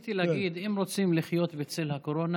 רציתי להגיד שאם רוצים לחיות בצל הקורונה